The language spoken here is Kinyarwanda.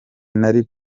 nari